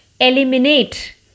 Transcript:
eliminate